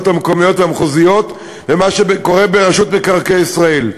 המקומיות והמחוזיות ולמה שקורה ברשות מקרקעי ישראל.